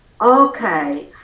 Okay